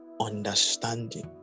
understanding